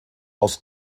aus